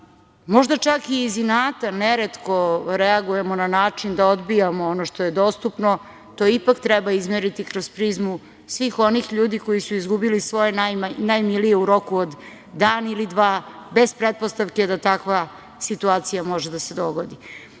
Možda čak iz inata, neretko reagujemo na način da odbijamo ono što je dostupno, to ipak treba izmeriti kroz prizmu svih onih ljudi su izgubili svoje najmilije u roku od dan ili dva bez pretpostavke da takva situacija može da se dogodi. Dakle,